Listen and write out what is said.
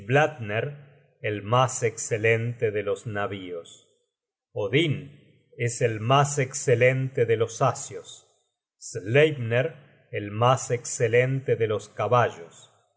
el mas escelente de los navios odin es el mas escelente de los asios sleipner el mas escelente de los caballos